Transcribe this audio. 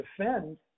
defend